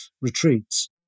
retreats